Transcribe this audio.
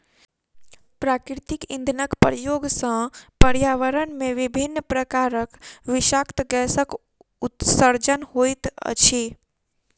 प्राकृतिक इंधनक प्रयोग सॅ पर्यावरण मे विभिन्न प्रकारक विषाक्त गैसक उत्सर्जन होइत अछि